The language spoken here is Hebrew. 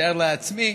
מתאר לעצמי,